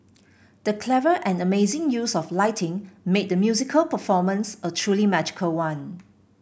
the clever and amazing use of lighting made the musical performance a truly magical one